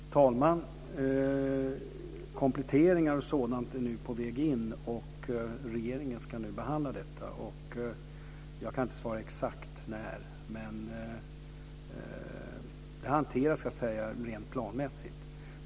Fru talman! Kompletteringar och sådant är nu på väg in. Regeringen ska nu behandla detta. Jag kan inte svara exakt när. Det hanteras rent planmässigt.